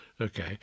Okay